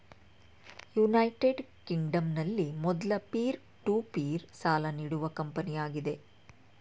United ಕಿಂಗ್ಡಂನಲ್ಲಿ ಮೊದ್ಲ peer to peer ಸಾಲ ನೀಡುವ ಕಂಪನಿಯಾಗಿದೆ